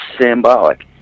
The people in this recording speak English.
symbolic